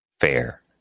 fair